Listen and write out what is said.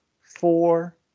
four